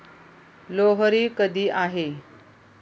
लोहरी कधी आहे?